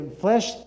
flesh